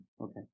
okay